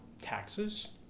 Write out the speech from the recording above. taxes